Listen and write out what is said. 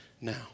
now